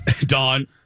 Don